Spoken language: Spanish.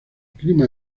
clima